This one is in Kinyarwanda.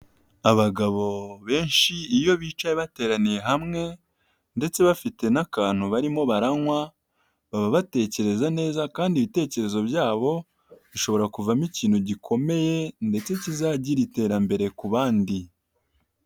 Abagabo benshi iyo bicaye bateraniye hamwe ndetse bafite n'akantu barimo baranywa, baba batekereza neza kandi ibitekerezo byabo bishobora kuvamo ikintu gikomeye ndetse kizagira iterambere ku bandi.